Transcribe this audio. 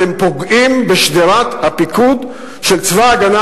אתם פוגעים בשדרת הפיקוד של צבא-הגנה